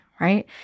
right